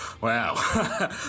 wow